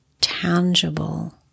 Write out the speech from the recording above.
tangible